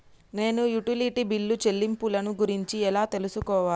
నేను utility bill చెల్లింపులను గురించి ఎలా తెలుసుకోవాలి?